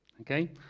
Okay